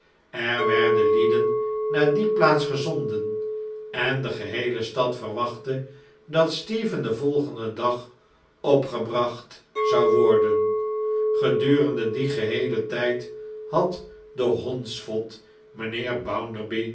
er werden lieden naar die plaats gezonden en de geheele stad verwachtte dat stephen den volgenden dag opgebracht zou worden gedurende dien geheelen tijd had de hondsvot mijnheer